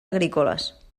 agrícoles